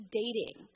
dating